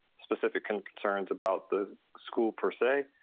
specific and concerns about the school per se.